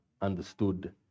understood